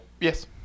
Yes